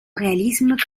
réalisme